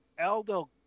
Aldo